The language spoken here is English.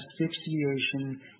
asphyxiation